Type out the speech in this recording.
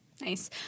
Nice